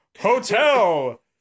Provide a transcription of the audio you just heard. Hotel